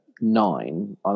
nine